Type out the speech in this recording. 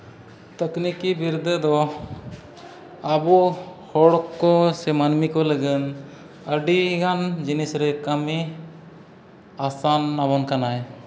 ᱛᱟᱹᱠᱱᱤᱠᱤ ᱵᱤᱨᱫᱟᱹ ᱫᱚ ᱟᱵᱚ ᱦᱚᱲ ᱠᱚ ᱥᱮ ᱢᱟᱹᱱᱢᱤ ᱠᱚ ᱞᱟᱹᱜᱤᱫ ᱟᱹᱰᱤ ᱜᱟᱱ ᱡᱤᱱᱤᱥ ᱨᱮ ᱠᱟᱹᱢᱤ ᱟᱥᱟᱱ ᱟᱵᱚᱱ ᱠᱟᱱᱟᱭ